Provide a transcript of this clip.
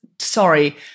sorry